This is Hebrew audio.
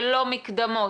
ולא מקדמות,